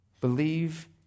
Believe